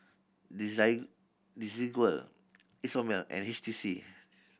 Desigual Isomil and H T C